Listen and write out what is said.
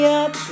up